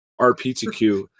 RPTQ